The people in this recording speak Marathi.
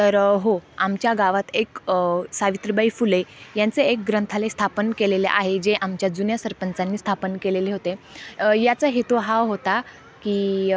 तर हो आमच्या गावात एक सावित्रीबाई फुले यांचे एक ग्रंथालय स्थापन केलेले आहे जे आमच्या जुन्या सरपंचांनी स्थापन केलेले होते याचा हेतू हा होता की